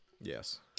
Yes